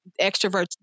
extroverts